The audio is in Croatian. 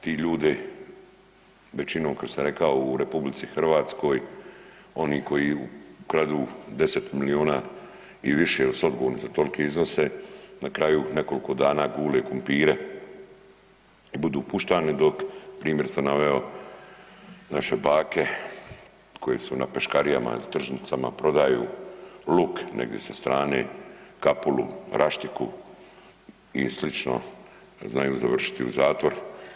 Ti ljudi većinom kako sam rekao u RH oni koji ukradu 10 milijuna i više ili su odgovorni za tolike iznose na kraju nekoliko dana gule krumpire, budu puštani dok primjer sam naveo naše bake koje su na peškarijama ili tržnicama prodaju luk negdje sa strane, kapulu, raštiku i slično znaju završiti u zatvoru.